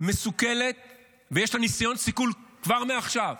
מסוכלת ויש לה ניסיון סיכול כבר מעכשיו.